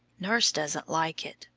nurse doesn't like it.